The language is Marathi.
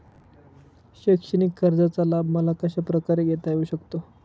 शैक्षणिक कर्जाचा लाभ मला कशाप्रकारे घेता येऊ शकतो?